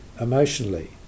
emotionally